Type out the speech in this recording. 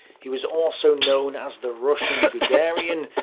he was also known as the russian guderian,